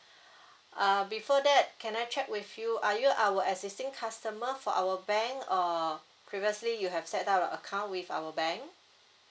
uh before that can I check with you are you our existing customer for our bank or previously you had set a account with our bank